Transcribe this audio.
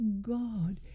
God